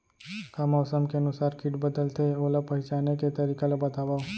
का मौसम के अनुसार किट बदलथे, ओला पहिचाने के तरीका ला बतावव?